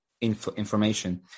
information